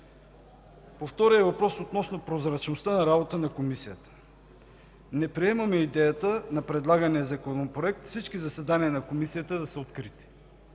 По втория въпрос – относно прозрачността на работата на Комисията, не приемаме идеята на предлагания Законопроект всички заседания на Комисията да са открити.